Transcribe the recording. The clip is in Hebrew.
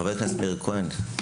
חבר הכנסת מאיר כהן.